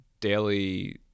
daily